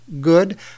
Good